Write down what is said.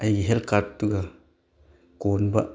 ꯑꯩꯒꯤ ꯍꯦꯜꯠ ꯀꯥꯔꯠꯇꯨꯒ ꯀꯣꯟꯕ